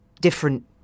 different